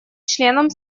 членам